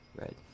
Right